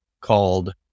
called